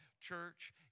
Church